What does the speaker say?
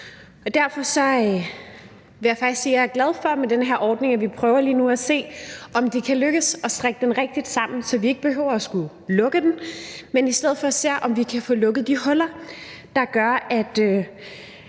Derfor vil jeg faktisk sige, at jeg er glad for, at vi med den her ordning lige nu prøver at se, om det kan lykkes at strikke den rigtigt sammen, så vi ikke behøver at skulle lukke den, men i stedet for ser, om vi kan få lukket de huller, der gør, at